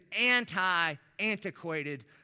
anti-antiquated